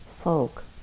folk